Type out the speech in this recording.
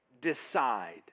decide